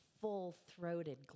full-throated